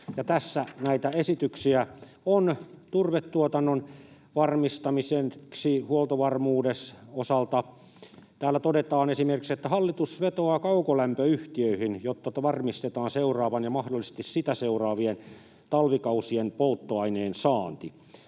tässä näitä esityksiä on turvetuotannon varmistamiseksi huoltovarmuuden osalta. Täällä todetaan esimerkiksi, että hallitus vetoaa kaukolämpöyhtiöihin, jotta varmistetaan seuraavan ja mahdollisesti sitä seuraavien talvikausien polttoaineen saanti.